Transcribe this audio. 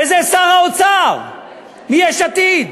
וזה שר האוצר מיש עתיד.